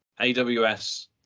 AWS